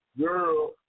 girl